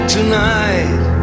Tonight